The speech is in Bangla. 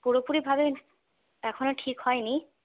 পুরোপুরি ভাবে এখনও ঠিক হয়নি